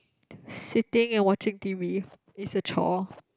sitting and watching t_v is a chore